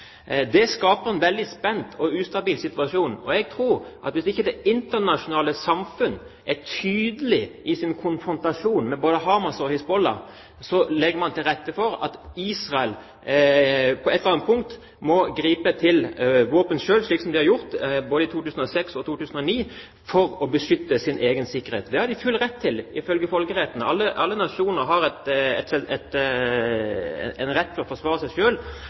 Det skaper en veldig spent og ustabil situasjon. Jeg tror at hvis ikke det internasjonale samfunn er tydelig i sin konfrontasjon med både Hamas og Hizbollah, legger man til rette for at Israel på et eller annet tidspunkt griper til våpen selv, slik som de gjorde både i 2006 og i 2009, for å beskytte seg selv. Det har de full rett til ifølge folkeretten. Alle nasjoner har en rett til å forsvare seg.